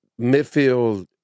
Midfield